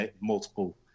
multiple